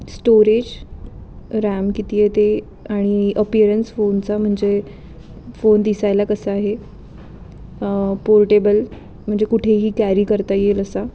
storage RAM किती आहे ते आणि अपियरन्स फोनचा म्हणजे फोन दिसायला कसं आहे पोर्टेबल म्हणजे कुठेही कॅरी करता येईल असा